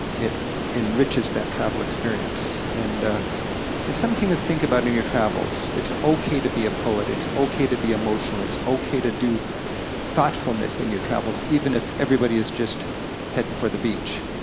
it enriches that travel experience. and it's something to think about in your travels. it's okay to be a poet, it's okay to be emotional, it's okay to do thoughtfulness in your travels even if everybody is just heading for the beach.